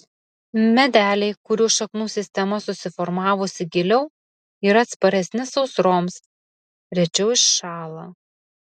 medeliai kurių šaknų sistema susiformavusi giliau yra atsparesni sausroms rečiau iššąla